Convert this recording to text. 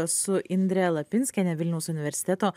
su indre lapinskiene vilniaus universiteto